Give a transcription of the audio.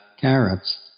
carrots